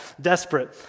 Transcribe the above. desperate